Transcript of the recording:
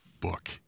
book